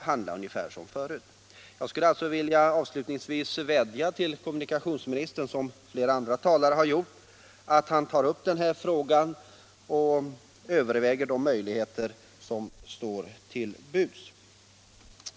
Jag skulle alltså — liksom flera andra talare har gjort — vilja vädja till kommunikationsministern att han tar upp de här frågorna och överväger de möjligheter som står till buds.